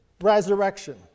resurrection